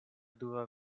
dua